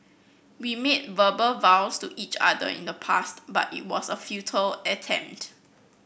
we made verbal vows to each other in the past but it was a futile attempt